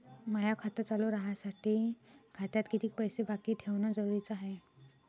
माय खातं चालू राहासाठी खात्यात कितीक पैसे बाकी ठेवणं जरुरीच हाय?